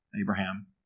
Abraham